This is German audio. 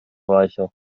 reicher